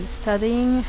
studying